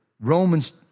Romans